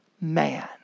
man